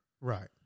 Right